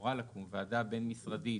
אמורה לקום ועדה בין-משרדית